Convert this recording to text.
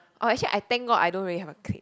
oh actually I thank God I don't really have a clique